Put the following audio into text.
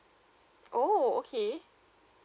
oh okay